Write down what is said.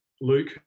Luke